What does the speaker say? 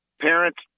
parents